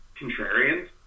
contrarians